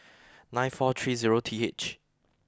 nine four tree zero t h